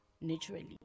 naturally